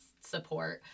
support